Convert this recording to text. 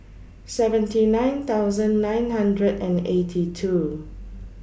seventy nine thousand nine hundred and eighty two